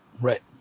right